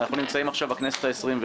אנחנו נמצאים עכשיו בכנסת ה-22.